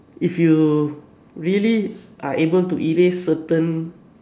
if you really are able to erase certain